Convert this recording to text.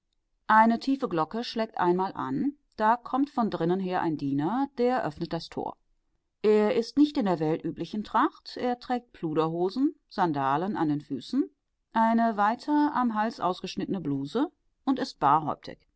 eine tiefe glocke schlägt einmal an da kommt von drinnen her ein diener der öffnet das tor er ist nicht in der weltüblichen tracht er trägt pluderhosen sandalen an den füßen eine weite am hals ausgeschnittene bluse und ist